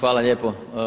Hvala lijepo.